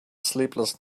sleepless